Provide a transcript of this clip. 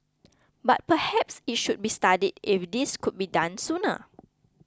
but perhaps it should be studied if this could be done sooner